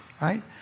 right